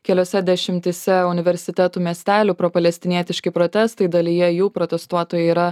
keliose dešimtyse universitetų miestelių propalestinietiški protestai dalyje jų protestuotojai yra